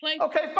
Okay